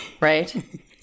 right